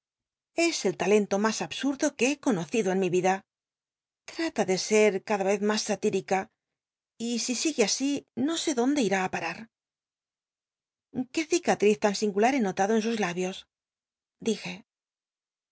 es el talento mas absurdo que he conoc ido en mi vida trata de ser cada cz mas satírica y i sigue así no sé dilntl ird á parat qué cicalriz tan singular he notado en sus labios dije